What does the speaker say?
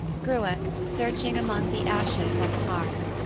gruach, searching among the ashes on the hearth.